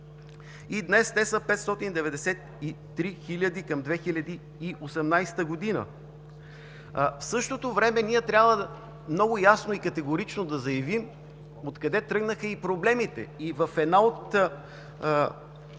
И днес те са 593 хиляди към 2018 г., а в същото време ние трябва много ясно и категорично да заявим откъде тръгнаха и проблемите.